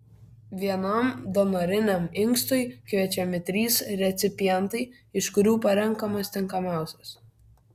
vienam donoriniam inkstui kviečiami trys recipientai iš kurių parenkamas tinkamiausias